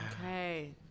Okay